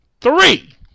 three